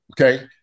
okay